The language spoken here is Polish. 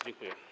Dziękuję.